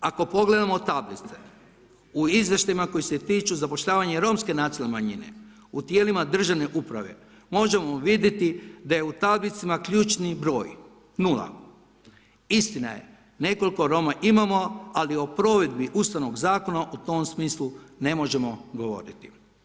Ako pogledamo tablici, u izvještajima koji se tiču zapošljavanja romske nacionalne manjine, u tijelima državne uprave, možemo vidjeti da je u tablicama ključni broj – 0. Istina je, nekoliko Roma imamo, ali o provedbi Ustavnog zakona u tom smislu ne možemo govoriti.